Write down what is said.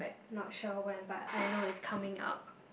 not sure when but I know it's coming out